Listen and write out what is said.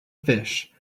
fish